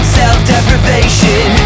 self-deprivation